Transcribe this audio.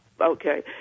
Okay